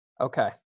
Okay